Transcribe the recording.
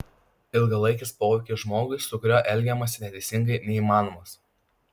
ilgalaikis poveikis žmogui su kuriuo elgiamasi neteisingai neįmanomas